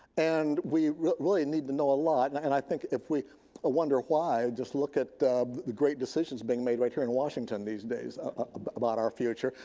and we really need to know a lot. and and i think if we wonder why, just look at the great decisions being made right here in washington these days ah but about our future.